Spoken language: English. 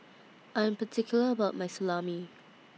I'm particular about My Salami